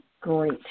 great